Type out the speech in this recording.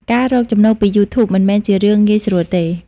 ការរកចំណូលពី YouTube មិនមែនជារឿងងាយស្រួលទេ។